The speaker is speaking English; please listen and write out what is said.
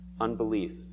unbelief